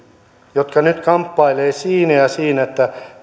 jotka nyt kamppailevat siinä ja siinä että